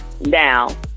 now